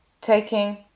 taking